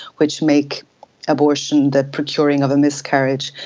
which make abortion, the procuring of a miscarriage,